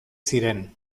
ziren